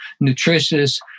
nutritious